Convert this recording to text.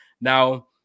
now